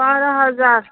پارہ ہزار